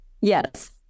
Yes